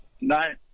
no